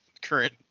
current